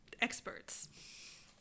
experts